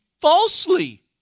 falsely